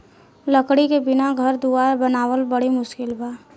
लकड़ी के बिना घर दुवार बनावल बड़ी मुस्किल बा